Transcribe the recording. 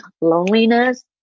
loneliness